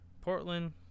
Portland